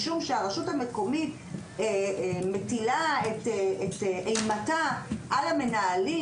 משום שהרשות המקומית מטילה את אימתה על המנהלים,